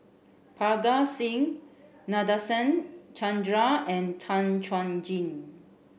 Parga Singh Nadasen Chandra and Tan Chuan Jin